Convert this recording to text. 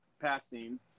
passing